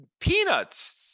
peanuts